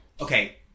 okay